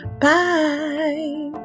Bye